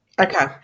okay